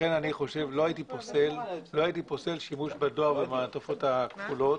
לא הייתי פוסל שימוש בדואר במעטפות הכפולות.